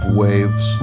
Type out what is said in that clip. waves